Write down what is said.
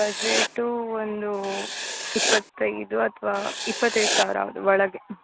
budget ಒಂದು ಇಪ್ಪತ್ತೈದು ಅಥ್ವಾ ಇಪ್ಪತ್ತೈದು ಸಾವಿರದ ಒಳಗೆ